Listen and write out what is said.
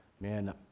man